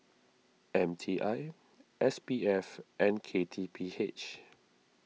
M T I S P F and K T P H